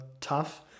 tough